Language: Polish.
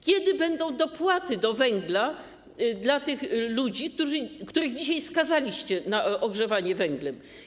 Kiedy będą dopłaty do węgla dla tych ludzi, których dzisiaj skazaliście na ogrzewanie węglem?